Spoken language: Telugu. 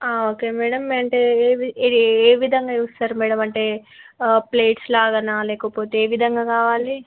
ఓకే మేడం అంటే ఏ విధంగా చూస్తారు మేడం అంటే ప్లేట్స్లానా లేకపోతే ఏ విధంగా కావాలి